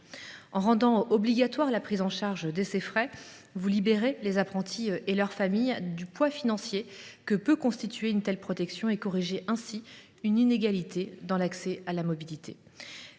En rendant obligatoire la prise en charge de ces frais, vous libérerez les apprentis et leur famille du poids financier que peut constituer une telle protection et corrigerez ainsi une inégalité dans l’accès à la mobilité.